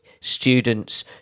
students